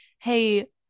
hey